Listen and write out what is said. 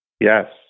Yes